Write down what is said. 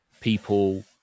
people